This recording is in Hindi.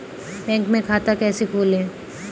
बैंक में खाता कैसे खोलें?